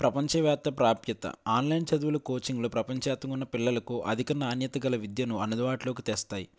ప్రపంచ వ్యాప్త ప్రాప్యత ఆన్లైన్ చదువులు కోచింగ్లు ప్రపంచ వ్యాప్తంగా ఉన్న పిల్లలకు అధిక నాణ్యత గల విద్యను అందువాట్లోకి తెస్తాయ్